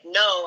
no